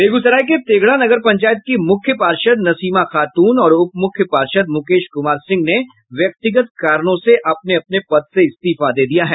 बेगूसराय के तेघड़ा नगर पंचायत की मुख्य पार्षद नसीमा खातून और उप मुख्य पार्षद मुकेश कुमार सिंह ने व्यक्तिगत कारणों से अपने अपने पद से इस्तीफा दे दिया है